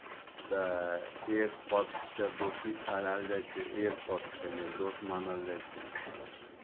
तऽ एक पक्षकेँ दोषी ठहरायल जाइ छै एक पक्षकेँ निर्दोष मानल जाइ छै